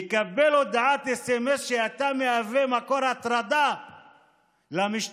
לקבל הודעת סמס: אתה מהווה מקור ההטרדה למשטרה,